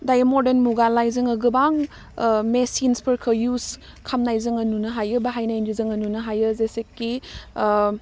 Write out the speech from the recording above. दायो मरदान मुगालाय जोङो गोबां ओह मेसिन्सफोरखौ इउस खालामनाय जोङो नुनो हायो बाहायनाय जोङो नुनो हायो जेसेखि ओह